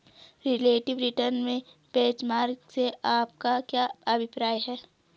Relative return में benchmark से आपका क्या अभिप्राय है?